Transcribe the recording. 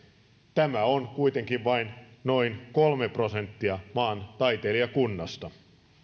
tämä on kuitenkin vain noin kolme prosenttia maan taiteilijakunnasta